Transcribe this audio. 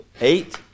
eight